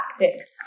tactics